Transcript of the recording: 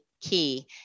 key